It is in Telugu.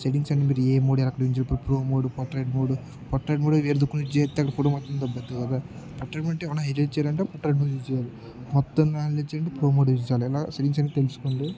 సెటింగ్స్ అని మీరు ఏ మోడ్ ఎక్కడే చ చెప్పాడో ఆ మోడ్ ప్రోడు పోట్రేట్ మోడ్ పోర్ట్రేట్ మోడ్ వేసుకొని చేేస్తే అప్పుడు ఫోటో దొబ్బేస్తుంది కదా పోట్రేట్ ఏమైనా అడ్జస్ట్ చేయాలి అంటే పోట్రేట్ మోడ్ యూస్ చేయాలి మొత్తం దానికి వచ్చి ప్రో మోడ్ యూస్ చేయాలి ఇలా సెటింగ్స్ అని తెలుసుకోండి